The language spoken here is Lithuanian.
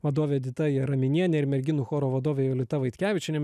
vadovė edita jaraminienė ir merginų choro vadovė jolita vaitkevičienė